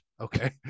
okay